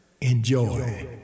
Enjoy